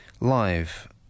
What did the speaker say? live